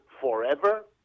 forever